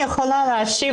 סיום עבודה שלא באותו חודש,